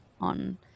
on